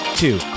Two